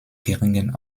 geringen